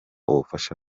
ubufasha